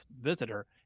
visitor